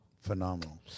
phenomenal